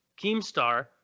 Keemstar